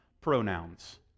pronouns